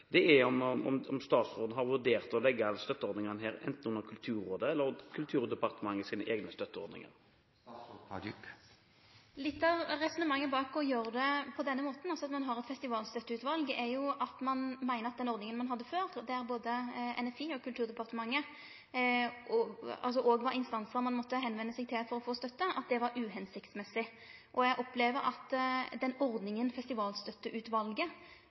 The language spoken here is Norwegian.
statsråden vurdert å legge støtteordningene under enten Kulturrådet eller Kulturdepartementets egne støtteordninger? Litt av resonnementet bak å gjere det på denne måten, altså at ein har eit festivalstøtteutval, er at ein meiner at den ordninga ein hadde før, der både NFI og Kulturdepartementet òg var instansar ein måtte vende seg til for å få støtte, var uhensiktsmessig. Eg opplever at ordninga med Festivalstøtteutvalet har brei oppslutning, men at diskusjonen knyter seg til inntektene deira og moglegheitene dei har til fordeling. Eg anerkjenner poenget til representanten Kambe, at